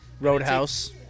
Roadhouse